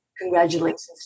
congratulations